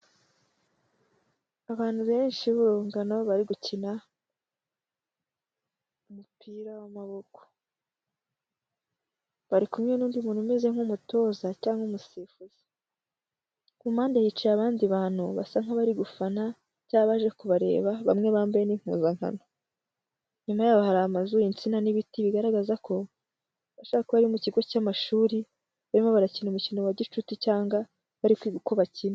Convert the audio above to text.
Abantu benshi b'urungano, bari gukina, umupira w'amaboko. Bari kumwe n'undi muntu umeze nk'umutoza cyangwa umusifuzi. Ku mpande hicaye bandi bantu, basa nk'abari gufana, cyangwa baje kubareba, bamwe bambaye n'impuzankano. Inyuma yaho hari amazu, insina n'ibiti bigaragaza ko, bishobora kuba ari mu kigo cy'amashuri, barimo barakina imikino ya gicuti cyanga bari kwiga uko bakina.